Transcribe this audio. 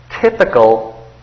typical